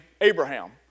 Abraham